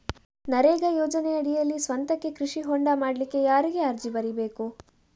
ನರೇಗಾ ಯೋಜನೆಯಡಿಯಲ್ಲಿ ಸ್ವಂತಕ್ಕೆ ಕೃಷಿ ಹೊಂಡ ಮಾಡ್ಲಿಕ್ಕೆ ಯಾರಿಗೆ ಅರ್ಜಿ ಬರಿಬೇಕು?